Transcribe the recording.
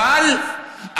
אבל,